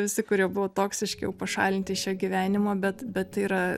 visi kurie buvo toksiški jau pašalinti iš šio gyvenimo bet bet tai yra